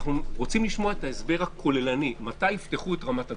אנחנו רוצים לשמוע את ההסבר הכוללני מתי יפתחו את רמת הגולן?